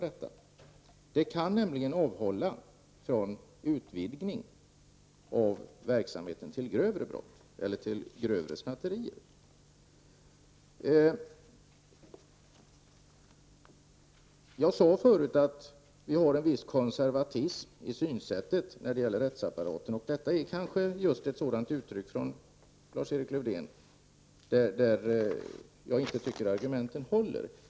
Ordningsboten kan nämligen avhålla från en utvidgning av verksamheten, så att den inte leder till grövre snatterier eller andra, grövre brott. Jag sade förut att vi har en viss konservatism i synsättet när det gäller rättsapparaten, och här har kanske Lars-Erik Lövdén gett uttryck för ett sådant. Jag tycker inte att argumenten håller.